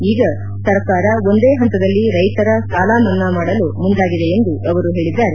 ಈಗ ಸರ್ಕಾರ ಒಂದೇ ಪಂತದಲ್ಲಿ ರೈತರ ಸಾಲಮನ್ನಾ ಮಾಡಲು ಮುಂದಾಗಿದೆ ಎಂದು ಹೇಳಿದ್ದಾರೆ